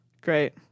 great